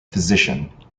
physician